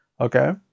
Okay